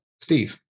Steve